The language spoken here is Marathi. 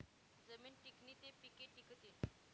जमीन टिकनी ते पिके टिकथीन